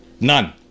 None